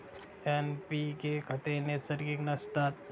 NPK खते नैसर्गिक नसतात